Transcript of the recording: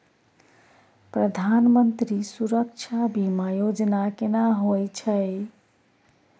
प्रधानमंत्री सुरक्षा बीमा योजना केना होय छै?